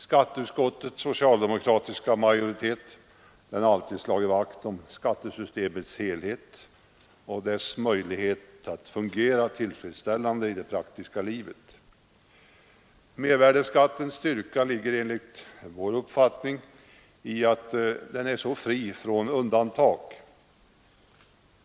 Skatteutskottets socialdemokratiska majoritet har alltid slagit vakt om helheten i skattesystemet och om systemets möjligheter att fungera tillfredsställande i det praktiska livet. Enligt vår uppfattning ligger mervärdeskattens styrka i att den är så fri från undantag.